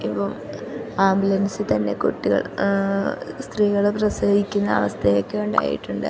ഇപ്പം ആംബുലൻസിൽ തന്നെ കുട്ടികൾ സ്ത്രീകള് പ്രസവിക്കുന്ന അവസ്ഥയൊക്കെ ഉണ്ടായിട്ടുണ്ട്